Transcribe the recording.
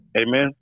Amen